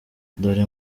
dore